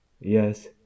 Yes